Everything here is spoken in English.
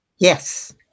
Yes